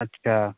اچھا